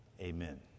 Amen